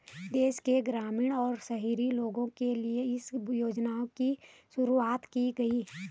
देश के ग्रामीण और शहरी लोगो के लिए इस योजना की शुरूवात की गयी